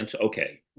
okay